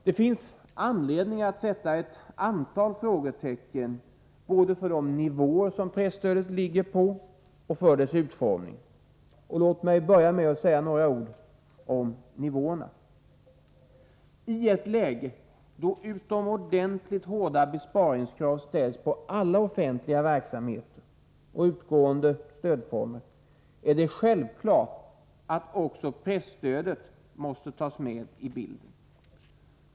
Det finns anledning att sätta ett antal frågetecken både för de nivåer som presstödet ligger på och för dess utformning. Låt mig börja med att säga några ord om nivåerna. I ett läge då utomordentligt hårda besparingskrav ställs på all offentlig verksamhet och alla utgående stödformer är det självklart att också presstödet måste tas med i bilden.